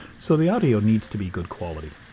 so the audio needs to be good quality.